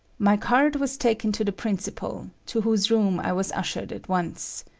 my card was taken to the principal, to whose room i was ushered at once.